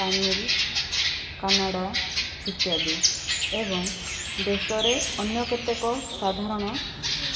ତାମିଲ କାନାଡ଼ା ଇତ୍ୟାଦି ଏବଂ ଦେଶରେ ଅନ୍ୟ କେତେକ ସାଧାରଣ